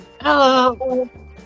Hello